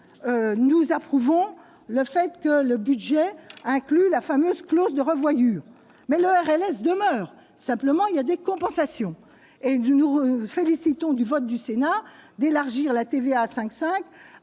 nous approuvons le fait que le budget inclut la fameuse clause de revoyure mais le demeure, simplement il y a des compensations et du nouveau vous félicitons du vote du Sénat d'élargir la TVA à 5 5